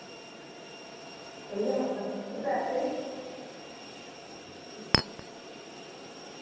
उऐ न ते पैसे